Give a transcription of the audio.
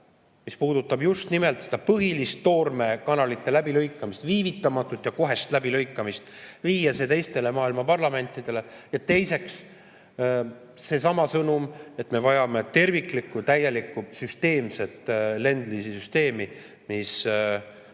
mis puudutab just nimelt seda põhilist, toormekanalite läbilõikamist, viivitamatut ja kohest läbilõikamist – teistele maailma parlamentidele. Ja teiseks on seesama sõnum, et me vajame terviklikku, täielikkulend-lease'i süsteemi, mis